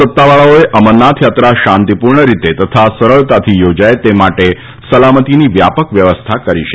સત્તાવાળાઓએ અમરનાથ યાત્રા શાંતિપૂર્ણ રીતે તથા સરળતાથી યોજાય તે માટે સલામતીની વ્યાપક વ્યવસ્થા કરી છે